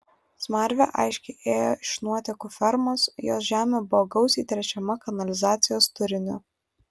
smarvė aiškiai ėjo iš nuotėkų fermos jos žemė buvo gausiai tręšiama kanalizacijos turiniu